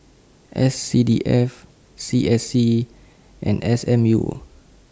S C D F C S C and S M U